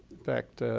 fact